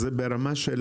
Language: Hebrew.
אז זה ברמה של